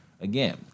again